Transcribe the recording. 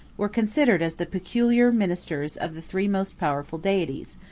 were considered as the peculiar ministers of the three most powerful deities,